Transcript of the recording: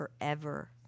forever